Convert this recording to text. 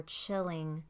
chilling